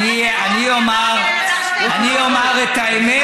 אני אמרתי על אלעזר שטרן, אני אומַר את האמת,